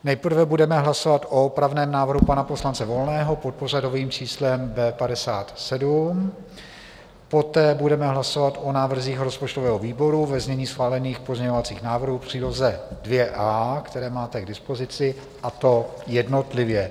Nejprve budeme hlasovat o opravném návrhu pana poslance Volného pod pořadovým číslem B57, poté budeme hlasovat o návrzích rozpočtového výboru ve znění schválených pozměňovacích návrhů v příloze 2.A, které máte k dispozici, a to jednotlivě.